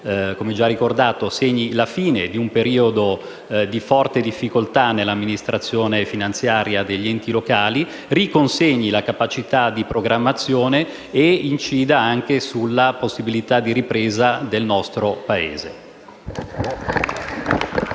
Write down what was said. come questo provvedimento segni la fine di un periodo di forte difficoltà nell'amministrazione finanziaria degli enti locali, riconsegni la capacità di programmazione e incida anche sulla possibilità di ripresa del nostro Paese.